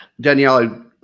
Danielle